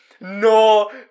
No